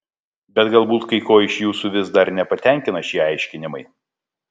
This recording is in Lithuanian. bet galbūt kai ko iš jūsų vis dar nepatenkina šie aiškinimai